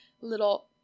little